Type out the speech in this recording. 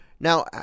Now